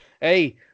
Hey